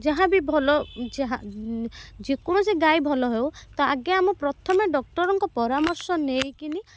ଯାହା ବି ଭଲ ଯାହା ଯେକୌଣସି ଗାଈ ଭଲ ହେଉ ତ ଆଗେ ଆମ ପ୍ରଥମେ ଡାକ୍ତରଙ୍କ ପରାମର୍ଶ ନେଇକରି